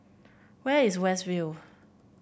where is West View